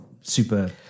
super